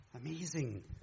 amazing